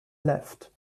left